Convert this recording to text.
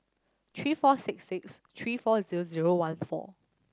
three four six six three four zero zero one four